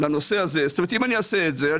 אם אני עושה את זה,